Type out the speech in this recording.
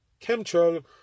chemtrail